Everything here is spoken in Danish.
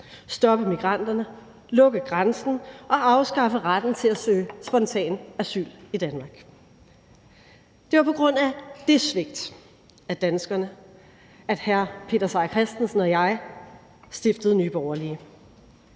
stoppe migranterne, lukke grænsen og afskaffe retten til at søge spontant asyl i Danmark. Det var på grund af det svigt af danskerne, at hr. Peter Seier Christensen og jeg stiftede Nye Borgerlige.